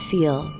Feel